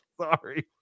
Sorry